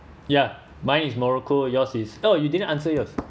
ya mine is morocco yours is oh you didn't answer yours